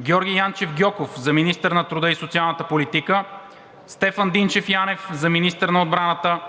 Георги Янчев Гьоков – за министър на труда и социалната политика; Стефан Динчев Янев – за министър на отбраната;